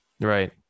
Right